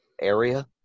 area